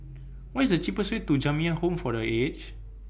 What IS The cheapest Way to Jamiyah Home For The Aged